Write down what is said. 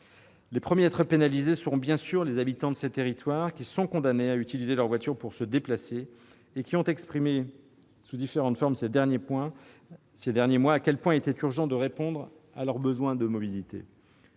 Les premiers à être pénalisés seront, bien sûr, les habitants de ces territoires, qui sont condamnés à utiliser leur voiture pour se déplacer et qui ont exprimé sous différentes formes, ces derniers mois, l'urgence qu'il y avait à répondre à leurs besoins de mobilité.